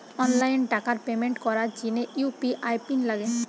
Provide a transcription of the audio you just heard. online টাকার payment করার জিনে ইউ.পি.আই পিন লাগে